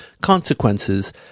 Consequences